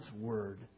Word